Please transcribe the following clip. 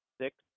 six